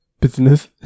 Business